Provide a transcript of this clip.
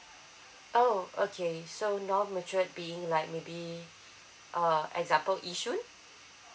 oh okay so non matured being like maybe uh example yishun